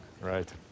right